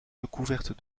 recouverte